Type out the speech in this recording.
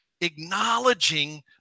acknowledging